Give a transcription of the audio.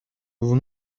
vous